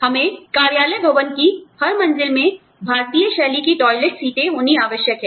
हमें कार्यालय भवन की हर मंज़िल में भारतीय शैली की टॉयलेट सीटें होनी आवश्यक हैं